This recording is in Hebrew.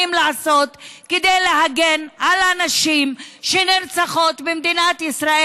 לעשות כדי להגן על הנשים שנרצחות במדינת ישראל?